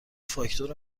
فاکتور